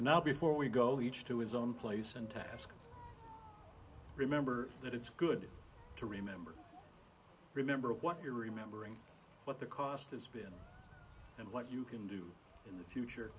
and now before we go each to his own place and task remember that it's good to remember remember what you're remembering what the cost has been and what you can do in the future